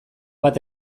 bat